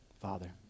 Father